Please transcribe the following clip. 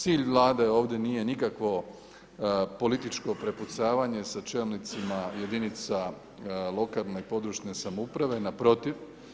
Cilj Vlade ovdje nije nikakvo političko prepucavanje sa čelnicima jedinica lokalne i područne samouprave, naprotiv.